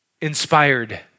Inspired